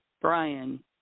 Brian